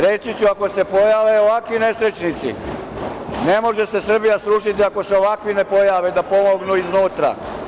Reći ću ako se pojave ovakvi nesrećnici, ne može se Srbija srušiti ako se ovakvi ne pojave da pomognu iznutra.